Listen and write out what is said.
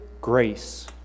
Grace